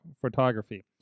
photography